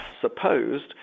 supposed